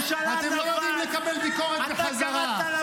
אתם לא יודעים לקבל ביקורת בחזרה.